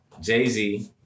Jay-Z